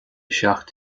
seacht